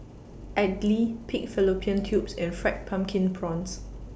Idly Pig Fallopian Tubes and Fried Pumpkin Prawns